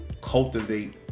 cultivate